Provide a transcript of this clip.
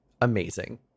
amazing